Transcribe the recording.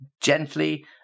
gently